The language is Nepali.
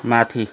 माथि